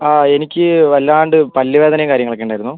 ആ എനിക്ക് വല്ലാണ്ട് പല്ല് വേദനയും കാര്യങ്ങൾ ഒക്കെ ഉണ്ടായിരുന്നു